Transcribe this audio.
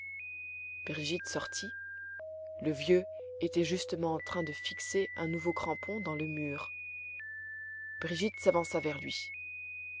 brigitte sortit le vieux était justement en train de fixer un nouveau crampon dans le mur brigitte s'avança vers lui